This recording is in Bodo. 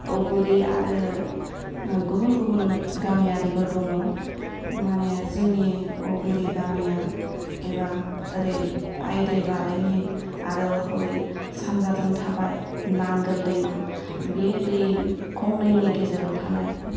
औगुरि आरो गुबुन गुबुन गामियारिबो दङ मानि जोंनि औगुरि गामिया एबा ओरै आइ दै बारैनि आरो हरै सान्जाथिं थाबाय नांगोल दैमा बे दै खंनैनि गेजेराव थानाय